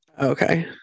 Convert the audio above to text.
Okay